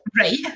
Right